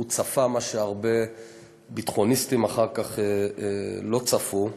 והוא צפה מה שהרבה ביטחוניסטים אחר כך לא צפו.